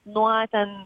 nuo ten